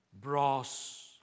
brass